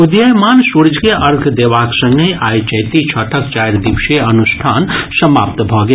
उदीयमान सूर्य के अर्घ्य देबाक संगहि आइ चैती छठक चारि दिवसीय अनुष्ठान समाप्त भऽ गेल